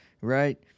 right